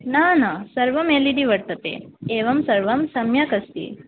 न न सर्वम् एल् इ डि वर्तते एवं सर्वं सम्यक् अस्ति